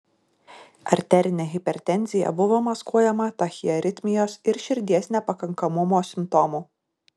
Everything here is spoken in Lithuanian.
arterinė hipertenzija buvo maskuojama tachiaritmijos ir širdies nepakankamumo simptomų